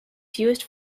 fewest